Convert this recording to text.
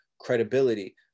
credibility